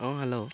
অঁ হেল্ল'